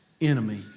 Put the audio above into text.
enemy